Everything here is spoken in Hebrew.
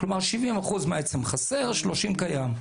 כלומר 70% מהעצם חסר ו-30% קיים.